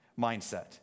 mindset